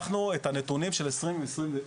את הנתונים של 2021,